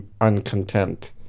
uncontent